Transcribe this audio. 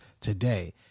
today